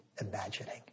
imagining